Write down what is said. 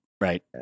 Right